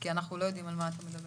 כי אנחנו לא יודעים על מה אתה מדבר.